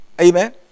Amen